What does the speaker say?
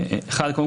אתה פשוט מייצר.